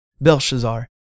Belshazzar